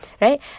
right